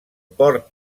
port